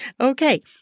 Okay